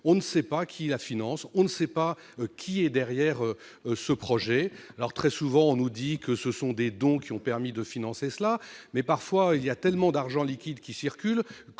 ne sait pas qui la finance, on ne sait pas qui est derrière ce projet, alors très souvent, on nous dit que ce sont des dons qui ont permis de financer cela, mais parfois il y a tellement d'argent liquide qui circule que